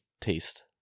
taste